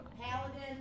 Paladin